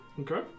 Okay